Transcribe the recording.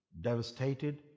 devastated